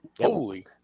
Holy